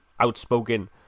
outspoken